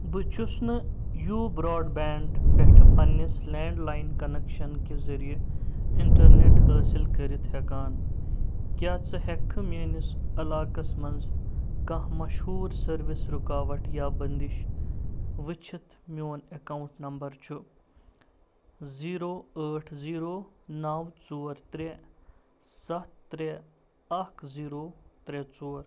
بہٕ چھُس نہٕ یوٗ برٛاڈ بینٛڈ پؠٹھہٕ پنٕنس لینٛڈ لایِن کۄنیٚکشنکہِ ذریعہٕ انٹرنیٚٹ حٲصل کٔرتھ ہیٚکان کیٛاہ ژٕ ہیٚکہٕ کھہٕ میٛٲنس علاقس منٛز کانٛہہ مشہوٗر سٔروِس رُکاوٹ یا بندش وُچھتھ میٛون ایٚکاونٛٹ نمبر چھُ زیٖرو ٲٹھ زیٖرو نَو ژور ترٛےٚ سَتھ ترٛےٚ اکھ زیٖرو ترٛےٚ ژور